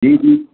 جی